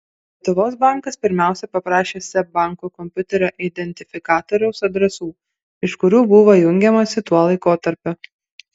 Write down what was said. lietuvos bankas pirmiausia paprašė iš seb banko kompiuterio identifikatoriaus adresų iš kurių buvo jungiamasi tuo laikotarpiu